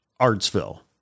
Artsville